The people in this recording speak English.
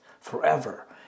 forever